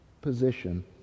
position